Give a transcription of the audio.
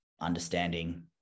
understanding